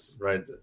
right